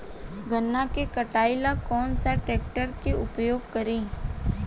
गन्ना के कटाई ला कौन सा ट्रैकटर के उपयोग करी?